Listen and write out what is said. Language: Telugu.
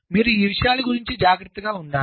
మీరు ఈ విషయాల గురించి జాగ్రత్తగా ఉండాలి